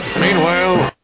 Meanwhile